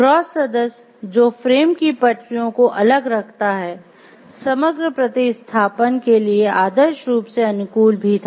cross सदस्य जो frame की पटरियों को अलग रखता है समग्र प्रतिस्थापन के लिए आदर्श रूप से अनुकूल भी था